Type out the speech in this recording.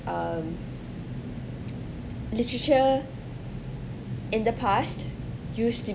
um literature in the past used to